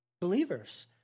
believers